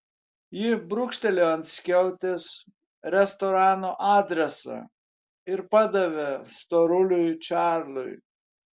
ji brūkštelėjo ant skiautės restorano adresą ir padavė storuliui čarliui